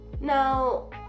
Now